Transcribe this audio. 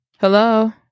Hello